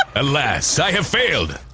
alas, i have failed!